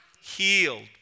healed